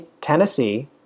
Tennessee